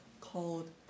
called